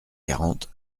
quarante